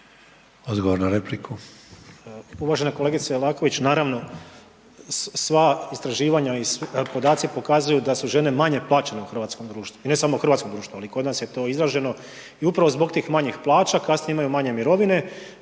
Odgovor na repliku,